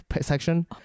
section